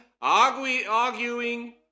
arguing